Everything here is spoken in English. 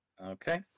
Okay